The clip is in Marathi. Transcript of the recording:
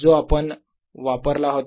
जो आपण वापरला होता